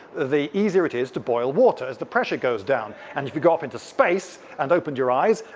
the easier it is to boil water as the pressure goes down. and if you go up into space and opened your eyes,